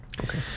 Okay